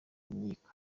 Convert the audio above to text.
imyiko